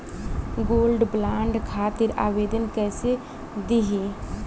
Gold bond खातिर आवेदन कैसे दिही?